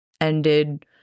ended